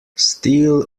steel